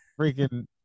freaking